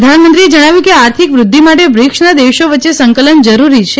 પ્રધાનમંત્રીએ જણાવ્યુ કે આર્થિક વૃઘ્ધિ માટે બ્રિકસના દેશો વચ્ચે સંકલન જરૂરી છે